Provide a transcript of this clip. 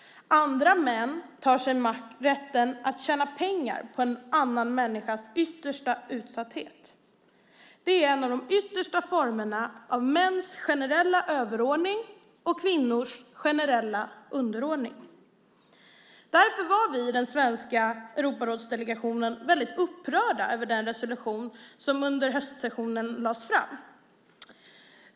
Andra män tar sig rätten att tjäna pengar på en annan människas yttersta utsatthet. Det är en av de yttersta formerna av mäns generella överordning och kvinnors generella underordning. Därför var vi i den svenska Europarådsdelegationen väldigt upprörda över den resolution som under höstsessionen lades fram.